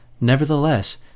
Nevertheless